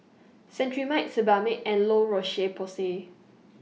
Cetrimide Sebamed and La Roche Porsay